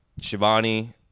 Shivani